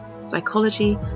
psychology